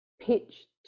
pitch